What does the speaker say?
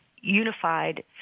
unified